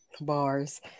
bars